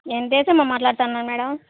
నేను దేశమ్మ మాట్లాడుతున్నాను మేడం